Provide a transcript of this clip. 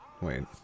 Wait